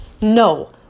No